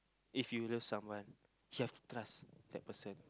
if you love someone you have to trust that person